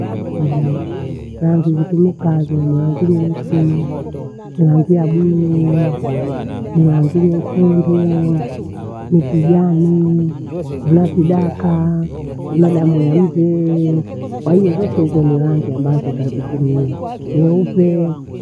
rangii zetumika zea ni rangi nyeusii, ni langi ya bluu, ni langi nyekunduu, nikijani, hena kidakhaa, kuna damu ya muzee. Kwahii zote hizo ni rangi ambazo twazitumia, nyeupe.